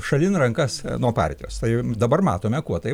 šalin rankas nuo partijos tai dabar matome kuo tai